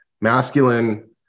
masculine